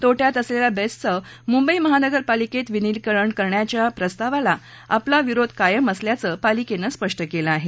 तोट्यात असलेल्या बेस्टचं मुंबई महापालिकेत विलीनीकरण करायच्या प्रस्तावाला आपला विरोध कायम असल्याचं पालिकेनं स्पष्ट केलं आहे